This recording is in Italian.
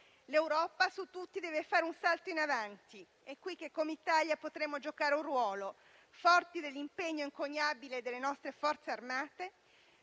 L'Europa su tutti deve fare un salto in avanti ed è qui che, come Italia, potremo giocare un ruolo, forti dell'impegno encomiabile delle nostre Forze armate